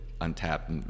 untapped